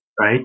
right